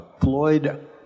Floyd